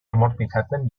amortizatzen